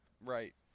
Right